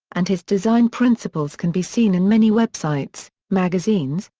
and his design principles can be seen in many websites, magazines,